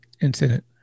incident